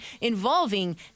Involving